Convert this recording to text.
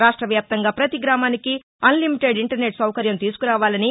రాష్ట వ్యాప్తంగా పతి గ్రామానికి అన్ లిమిటెడ్ ఇంటర్నెట్ సౌకర్యం తీసుకురావాలని